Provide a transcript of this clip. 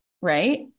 right